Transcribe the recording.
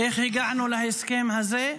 איך הגענו להסכם הזה?